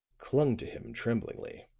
clung to him tremblingly.